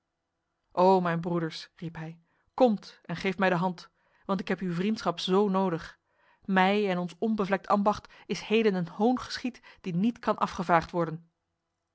o mijn broeders riep hij komt en geeft mij de hand want ik heb uw vriendschap zo nodig mij en ons onbevlekt ambacht is heden een hoon geschied die niet kan afgevaagd worden